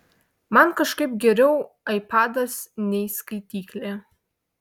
man kažkaip geriau aipadas nei skaityklė